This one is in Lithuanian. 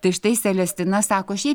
tai štai celestina sako šiaip